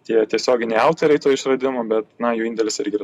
tie tiesioginiai autoriai to išradimo bet na jų indėlis irgi yra